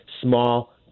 small